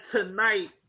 Tonight